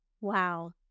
Wow